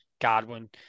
Godwin